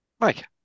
Mike